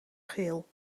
geel